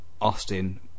Austin